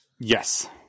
Yes